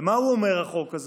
ומה הוא אומר החוק הזה?